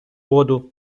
воду